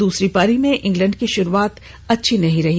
दूसरी पारी में इंग्लैंड की शुरुआत अच्छी नहीं रही